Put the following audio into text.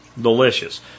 delicious